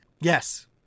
Yes